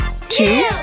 two